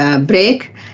break